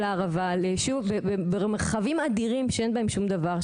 לישוב במרחבים אדירים שאין בהם שום דבר,